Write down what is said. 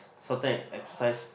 certain exercise